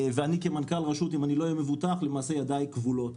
אם כמנכ"ל רשות לא אהיה מבוטח, ידיי כבולות